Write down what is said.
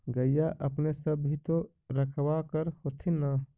गईया अपने सब भी तो रखबा कर होत्थिन?